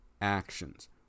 actions